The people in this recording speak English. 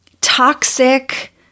toxic